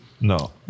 No